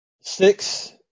Six